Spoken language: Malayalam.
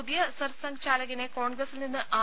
പുതിയ സർ സംഘ് ചാലകിനെ കോൺഗ്രസ്സിൽ നിന്ന് ആർ